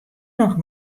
noch